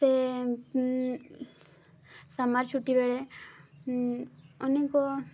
ସେ ସମର୍ ଛୁଟିବେଳେ ଅନେକ